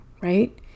right